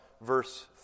Verse